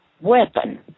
weapon